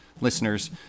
listeners